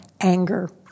anger